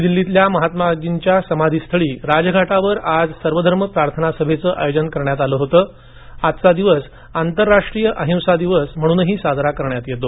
नवी दिल्लीतल्या महात्माजींच्या समाधीस्थळी राजघाटावर आज सर्वधर्म प्रार्थना सभेचं आयोजन करण्यात आलं असून आजचा दिवस आंतरराष्ट्रीय अहिंसा दिवस म्हणूनही साजरा करण्यात येतो